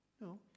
No